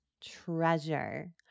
treasure